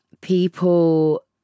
people